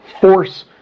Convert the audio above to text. force